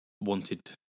wanted